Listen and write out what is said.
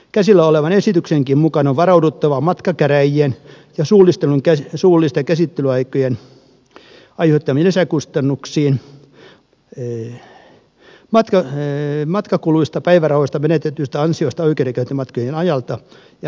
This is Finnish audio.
käsillä olevan esityksenkin mukaan on varauduttava matkakärä jien ja suullisten käsittelyaikojen aiheuttamiin lisäkustannuksiin matkakuluista päivärahoista menetetyistä ansioista oikeudenkäyntimatkojen ajalta ja majoituskustannuksista